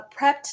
prepped